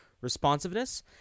responsiveness